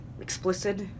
Explicit